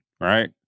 right